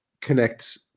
connect